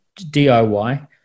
DIY